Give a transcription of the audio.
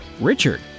Richard